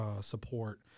support